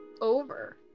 over